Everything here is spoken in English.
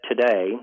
today